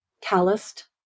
calloused